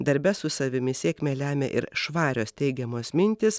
darbe su savimi sėkmę lemia ir švarios teigiamos mintys